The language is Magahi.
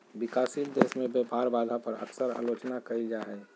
विकासशील देश में व्यापार बाधा पर अक्सर आलोचना कइल जा हइ